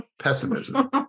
pessimism